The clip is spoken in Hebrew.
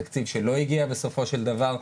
תקציב שלא הגיע בסופו של דבר,